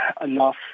enough